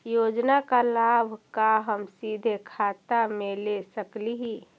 योजना का लाभ का हम सीधे खाता में ले सकली ही?